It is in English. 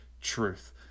truth